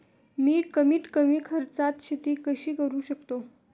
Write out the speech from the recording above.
मी कमीत कमी खर्चात शेती कशी करू शकतो?